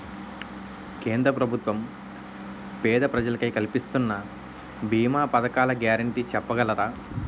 కేంద్ర ప్రభుత్వం పేద ప్రజలకై కలిపిస్తున్న భీమా పథకాల గ్యారంటీ చెప్పగలరా?